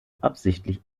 absichtlich